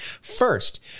First